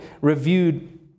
reviewed